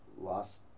lost